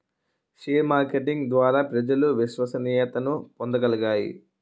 share marketing ద్వారా ప్రజలు విశ్వసనీయతను పొందగలగాలి